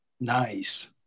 Nice